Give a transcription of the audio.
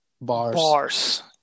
Bars